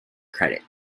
credit